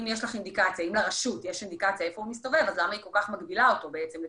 אם לרשות יש אינדיקציה איפה הוא מסתובב,